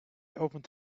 opened